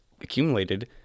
accumulated